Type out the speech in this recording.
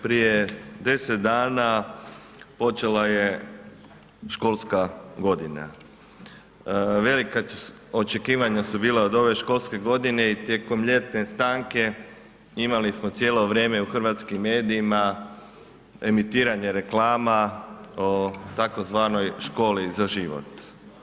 Prije 10 dana počela je školska godina, velika očekivanja su bila od ove školske godine i tijekom ljetne stanke imali smo cijelo vrijeme u hrvatskim medijima emitiranje reklama o tzv. školi za život.